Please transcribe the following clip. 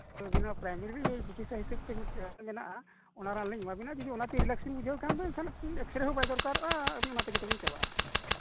ᱟᱹᱵᱤᱱ ᱦᱚᱸ ᱯᱨᱟᱭᱢᱟᱹᱨᱤ ᱪᱤᱠᱤᱛᱥᱟ ᱦᱤᱥᱟᱹᱵᱽ ᱛᱮ ᱢᱤᱫᱴᱮᱱ ᱢᱮᱱᱟᱜᱼᱟ ᱚᱱᱟ ᱨᱟᱱ ᱞᱤᱧ ᱮᱢᱟ ᱵᱮᱱᱟ ᱡᱩᱫᱤ ᱚᱱᱟᱛᱮ ᱨᱤᱞᱟᱠᱥ ᱵᱮᱱ ᱵᱩᱡᱷᱟᱹᱣ ᱠᱷᱟᱱ ᱫᱚ ᱮᱱᱠᱷᱟᱱ ᱮᱹᱠᱥᱮᱹᱨᱮᱹ ᱫᱚ ᱵᱟᱭ ᱫᱚᱨᱠᱟᱨᱚᱜᱼᱟ ᱟᱹᱵᱤᱱ ᱚᱱᱟ ᱛᱮᱜᱮ ᱛᱟᱹᱵᱤᱱ ᱪᱟᱵᱟᱜᱼᱟ